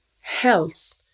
health